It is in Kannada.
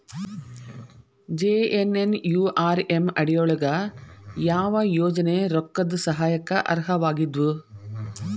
ಜೆ.ಎನ್.ಎನ್.ಯು.ಆರ್.ಎಂ ಅಡಿ ಯೊಳಗ ಯಾವ ಯೋಜನೆ ರೊಕ್ಕದ್ ಸಹಾಯಕ್ಕ ಅರ್ಹವಾಗಿದ್ವು?